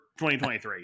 2023